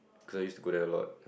cause I used to go there a lot